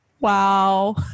Wow